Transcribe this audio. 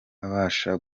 abasha